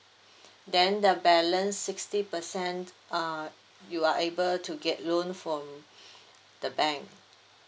then the balance sixty percent uh you are able to get loan from the bank